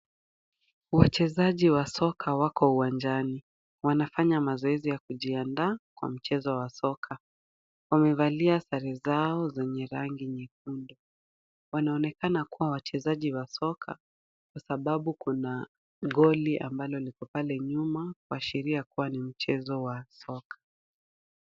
Wachezaji wa soka wako uwanjani. Wanafanya mazoezi wakijiandaa kwa mchezo wa soka. Wamevalia sare zao zenye rangi nyekundu. Wanaonekana kuwa wachezaji wa soka kwa sababu kuna goli ambalo liko pale nyuma kuashiria kuwa ni mchezo wa soka.